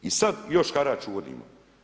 I sad još harač uvodimo.